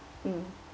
mm